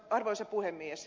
arvoisa puhemies